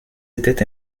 étaient